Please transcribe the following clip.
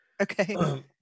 Okay